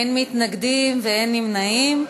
אין מתנגדים ואין נמנעים.